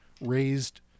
raised